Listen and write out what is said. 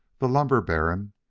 the lumber baron,